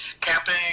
camping